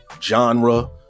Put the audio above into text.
genre